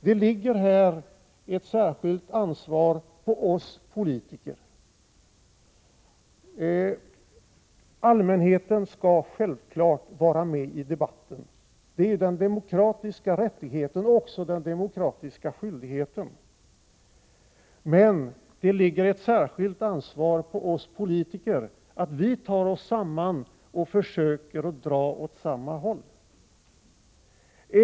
Det ligger här ett särskilt ansvar på oss politiker. Allmänheten skall självfallet vara med i debatten. Det är dess demokratiska rättighet och också dess demokratiska skyldighet. Men det ligger ett särskilt ansvar på oss politiker att vi tar oss samman och försöker att dra åt samma håll.